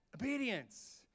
Obedience